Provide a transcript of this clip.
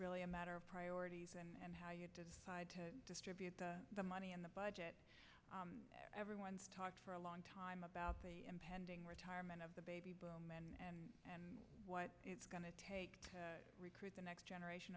really a matter of priorities and how you decide to distribute the money in the budget everyone's talked for a long time about the impending retirement of the baby boom and and what it's going to take to recruit the next generation